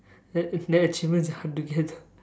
that achievement is hard to get